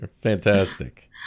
fantastic